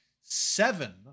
seven